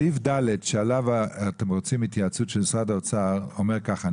סעיף (ד) שעליו אתם רוצים התייעצות של משרד האוצר אומר ככה: